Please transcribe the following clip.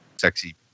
sexy